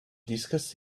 discuss